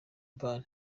bar